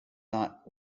not